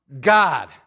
God